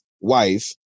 wife